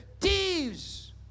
thieves